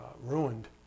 ruined